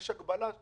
אני אומר לך